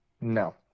No